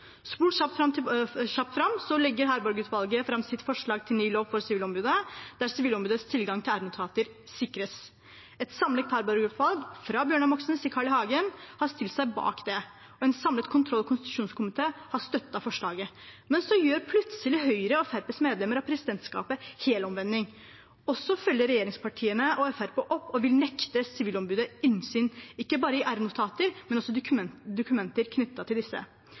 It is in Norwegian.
Spol kjapt fram, så legger Harberg-utvalget fram sitt forslag til ny lov for sivilombudet der sivilombudets tilgang til r-notater sikres. Et samlet Harberg-utvalg, fra Bjørnar Moxnes til Carl I. Hagen, har stilt seg bak dette, og en samlet kontroll- og konstitusjonskomité har støttet forslaget. Men så gjør plutselig Høyre og Fremskrittspartiets medlemmer i presidentskapet helomvending, og regjeringspartiene og Fremskrittspartiet følger opp og vil nekte sivilombudet innsyn – ikke bare i r-notater, men også i dokumenter knyttet til disse.